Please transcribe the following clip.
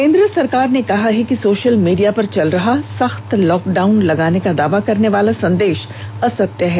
केन्द्र सरकार ने कहा है कि सोशल मीडिया पर चल रहा सख्त लॉकडाउन लगाने का दावा करने वाला संदेश असत्य है